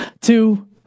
two